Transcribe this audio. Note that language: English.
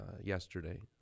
yesterday